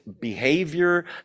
behavior